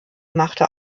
machte